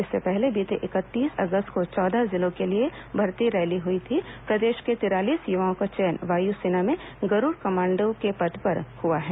इससे पहले बीते इकतीस अगस्त को चौदह जिलों के लिए हुई भर्ती रैली में प्रदेश के तिरालीस युवाओं का चयन वायु सेना में गरूड़ कमांडो के पद पर हुआ है